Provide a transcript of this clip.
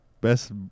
best